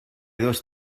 dos